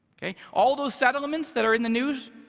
okay? all those settlements that are in the news,